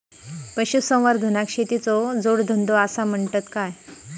पशुसंवर्धनाक शेतीचो जोडधंदो आसा म्हणतत काय?